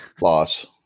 Loss